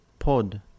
Pod